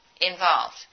involved